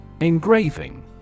Engraving